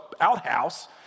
outhouse